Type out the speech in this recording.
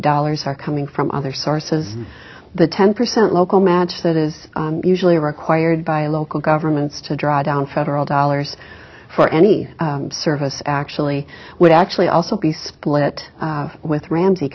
dollars are coming from other sources the ten percent local match that is usually required by local governments to draw down federal dollars for any service actually would actually also be split with randy